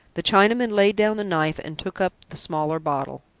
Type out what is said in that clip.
the chinaman laid down the knife and took up the smaller bottle.